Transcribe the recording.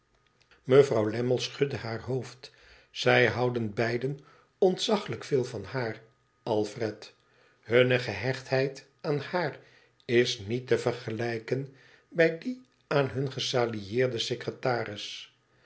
mevrouw lammie schudde haar hoofd zij houden beiden ontzaglijk veel van haar alfred hunne gehechtheid aan haar is niet te vergelijken bij die aan hun gesalarieerden secretaris